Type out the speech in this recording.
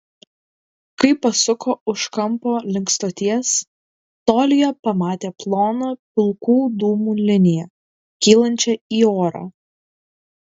kai pasuko už kampo link stoties tolyje pamatė ploną pilkų dūmų liniją kylančią į orą